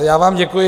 Já vám děkuji.